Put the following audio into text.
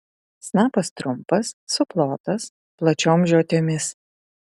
snapas trumpas suplotas plačiom žiotimis